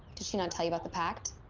did she not tell you about the pact?